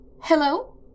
hello